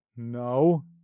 No